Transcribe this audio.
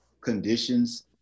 conditions